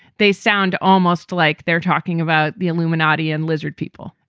they sound almost like they're talking about the illuminati and lizard people.